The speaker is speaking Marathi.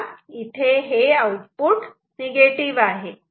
तर इथे आउटपुट निगेटिव आहे